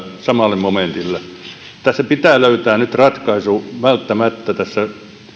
samalle momentille nyt pitää löytää ratkaisu välttämättä tässä